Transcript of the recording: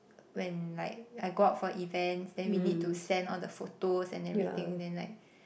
when like I go out for events then we need to send all the photos and everything then like